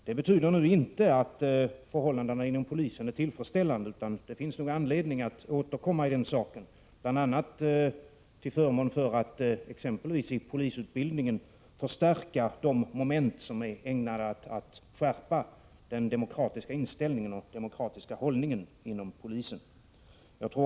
Det betyder inte att förhållandena inom polisen är tillfredsställande, utan det finns nog anledning att återkomma i denna sak, bl.a. till förmån för att exempelvis i polisutbildningen stärka de moment som är ägnade att skärpa den demokratiska inställningen och den demokratiska hållningen inom polisen.